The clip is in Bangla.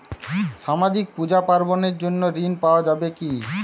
সামাজিক পূজা পার্বণ এর জন্য ঋণ পাওয়া যাবে কি?